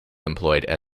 employed